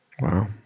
Wow